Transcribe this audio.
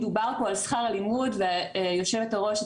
דובר פה על שכר הלימוד - ויושבת הראש את